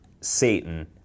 satan